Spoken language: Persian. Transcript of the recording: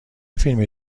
فیلمی